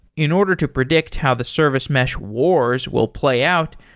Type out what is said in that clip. in order to predict how the service mesh wars will play out,